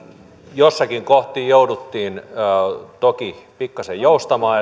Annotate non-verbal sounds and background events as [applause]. jossakin kohti jouduttiin toki pikkasen joustamaan [unintelligible]